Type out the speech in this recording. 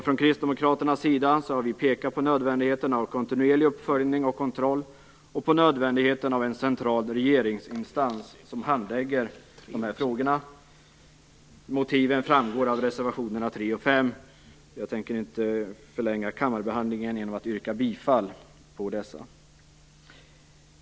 Från kristdemokraternas sida har vi pekat på nödvändigheten av kontinuerlig uppföljning och kontroll och på nödvändigheten av en central regeringsinstans som handlägger dessa frågor. Motiven framgår av reservationerna 3 och 5. Jag tänker inte förlänga kammarbehandlingen genom att yrka bifall till dessa.